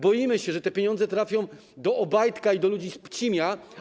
Boimy się, że te pieniądze trafią do Obajtka i do ludzi z Pcimia.